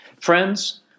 Friends